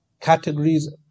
categories